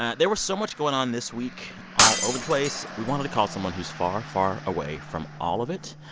and there was so much going on this week, all over the place. we wanted to call someone who's far, far away from all of it.